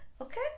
Okay